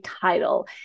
title